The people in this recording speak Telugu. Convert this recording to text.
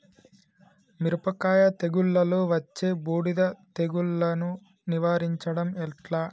మిరపకాయ తెగుళ్లలో వచ్చే బూడిది తెగుళ్లను నివారించడం ఎట్లా?